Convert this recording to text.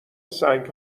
سنگ